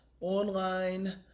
online